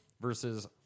versus